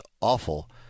awful